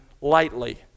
lightly